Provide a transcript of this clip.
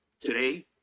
Today